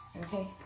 okay